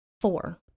four